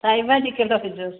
साई भाजी किलो विझोसि